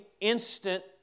instant